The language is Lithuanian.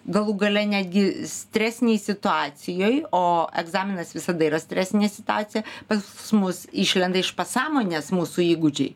galų gale netgi stresinėj situacijoj o egzaminas visada yra stresinė situacija pas mus išlenda iš pasąmonės mūsų įgūdžiai